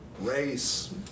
race